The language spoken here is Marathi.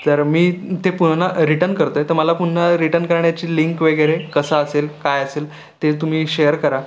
तर मी ते पूर्ण रिटर्न करतो आहे तर मला पुन्हा रिटर्न करण्याची लिंक वगैरे कसा असेल काय असेल ते तुम्ही शेअर करा